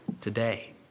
today